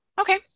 Okay